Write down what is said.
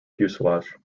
fuselage